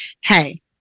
hey